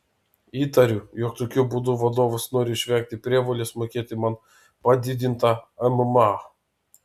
įtariu jog tokiu būdu vadovas nori išvengti prievolės mokėti man padidintą mma